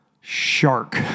shark